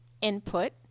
input